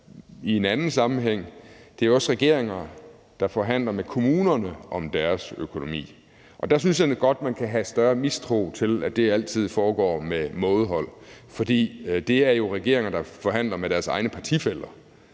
i en anden sammenhæng. Det er også regeringer, der forhandler med kommunerne om deres økonomi. Der synes jeg godt, at man kan have større mistro til, at det altid foregår med mådehold. For det er jo regeringer, der forhandler med deres egne partifæller.